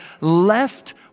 left